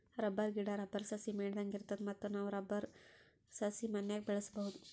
rubber ಗಿಡಾ, rubber ಸಸಿ ಮೇಣದಂಗ್ ಇರ್ತದ ಮತ್ತ್ ನಾವ್ ರಬ್ಬರ್ ಸಸಿ ಮನ್ಯಾಗ್ ಬೆಳ್ಸಬಹುದ್